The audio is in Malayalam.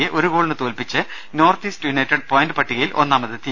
യെ ഒരു ഗോളിന് തോൽപ്പിച്ച് നോർത്ത് ഈസ്റ്റ് യുണൈറ്റഡ് പോയിന്റ് പട്ടികയിൽ ഒന്നാമതെത്തി